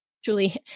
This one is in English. Julie